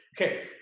Okay